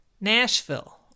Nashville